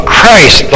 Christ